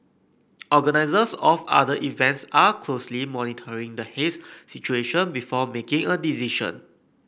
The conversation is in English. organisers of other events are closely monitoring the haze situation before making a decision